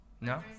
No